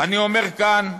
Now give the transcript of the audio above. אני אומר כאן,